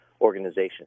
organization